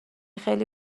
خیلی